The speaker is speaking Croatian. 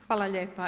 Hvala lijepa.